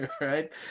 right